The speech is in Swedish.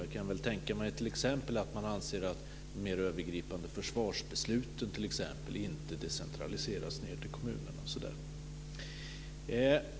Jag kan tänka mig att man anser att t.ex. de mer övergripande försvarsbesluten inte ska decentraliseras till kommunerna.